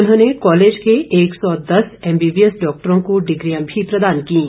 उन्होंने कॉलेज के एक सौ दस एमबीबीएस डॉक्टरों को डिग्रियां भी प्रदान कीं